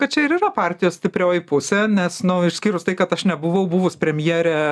kad čia ir yra partijos stiprioji pusė nes nu išskyrus tai kad aš nebuvau buvus premjere